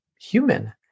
human